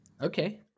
Okay